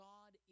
God